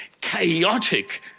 chaotic